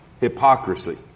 hypocrisy